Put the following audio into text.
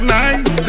nice